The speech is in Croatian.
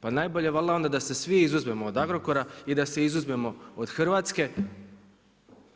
Pa najbolje valjda da se svi izuzmemo od Agrokora i da se izuzmemo od Hrvatske